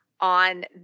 on